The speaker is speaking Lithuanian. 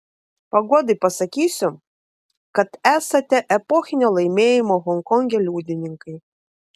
paguodai pasakysiu kad esate epochinio laimėjimo honkonge liudininkai